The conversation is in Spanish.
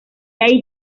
ahí